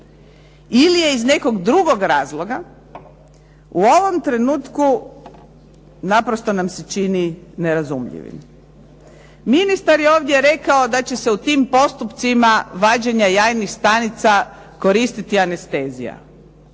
ili je iz nekog drugog razloga. U ovom trenutku naprosto nam se čini nerazumljivim. Ministar je ovdje rekao da će se u tim postupcima vađenja jajnih stanica koristiti anestezija.